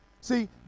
See